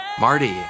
Marty